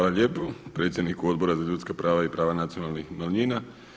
Hvala lijepo predsjedniku Odbora za ljudska prava i prava nacionalnih manjina.